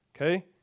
Okay